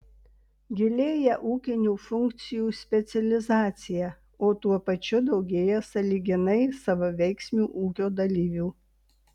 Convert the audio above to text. gilėja ūkinių funkcijų specializacija o tuo pačiu daugėja sąlyginai savaveiksmių ūkio dalyvių